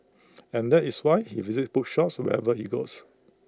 and that is why he visits bookshops wherever he goes